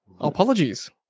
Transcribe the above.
Apologies